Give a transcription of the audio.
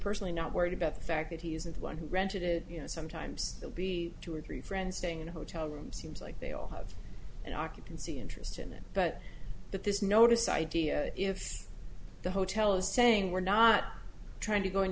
personally not worried about the fact that he isn't the one who rented it you know sometimes they'll be two or three friends staying in a hotel room seems like they all have an occupancy interest in it but that this notice idea if the hotel is saying we're not trying to go in